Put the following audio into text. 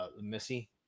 Missy